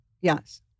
yes